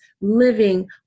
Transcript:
living